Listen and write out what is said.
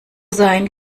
sein